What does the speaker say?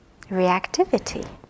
reactivity